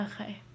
okay